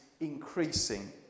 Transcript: increasing